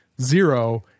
zero